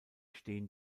stehen